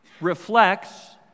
reflects